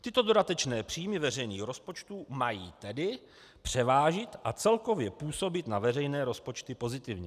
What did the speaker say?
Tyto dodatečné příjmy veřejných rozpočtů mají tedy převážit a celkově působit na veřejné rozpočty pozitivně.